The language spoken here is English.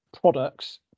products